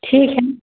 ठीक है